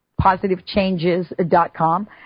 positivechanges.com